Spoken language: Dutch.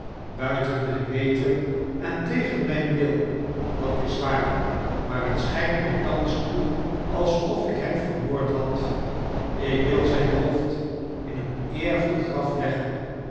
buiten myn weten en tegen myn wil dat is waar maar het schynt mij thans toe alsof ik hem vermoord had ik wil zyn hoofd in een eervol graf